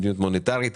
מדיניות מוניטרית.